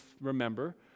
remember